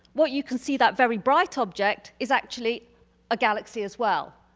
what you can see that very bright ah object is actually a galaxy as well.